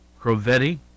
Crovetti